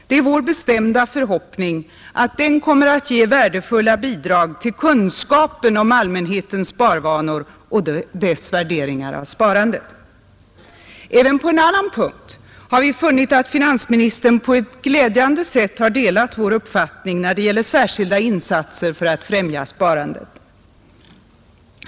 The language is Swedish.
Det är vår bestämda förhoppning att den kommer att ge värdefulla bidrag till kunskapen om allmänhetens sparvanor och dess värderingar av sparandet. Även på en annan punkt har vi funnit att finansministern på ett glädjande sätt har delat vår uppfattning när det gäller särskilda insatser för att befrämja sparandet.